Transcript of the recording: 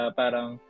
parang